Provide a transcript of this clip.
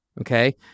okay